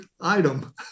item